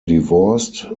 divorced